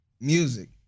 music